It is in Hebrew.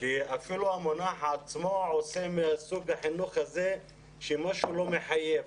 כי אפילו המונח עצמו עושה מסוג החינוך הזה משהו לא מחייב,